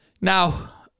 Now